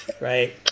right